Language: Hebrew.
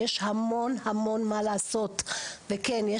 יש המון המון מה לעשות וכן,